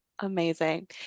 amazing